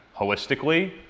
holistically